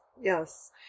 yes